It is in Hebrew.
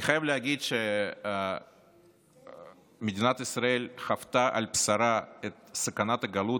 אני חייב להגיד שמדינת ישראל חוותה על בשרה את סכנת הגלות,